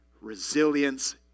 resilience